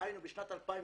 בשנת 2010,2011,